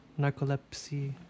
narcolepsy